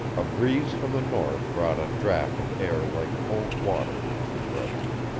a breeze from the north brought a draught of air like cold water in its refreshment.